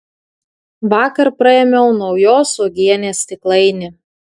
vakar praėmiau naujos uogienės stiklainį